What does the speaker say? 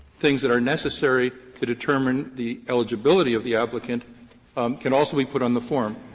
things that are necessary to determine the eligibility of the applicant can also be put on the form.